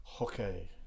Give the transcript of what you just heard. okay